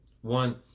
One